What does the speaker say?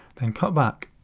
then cut back.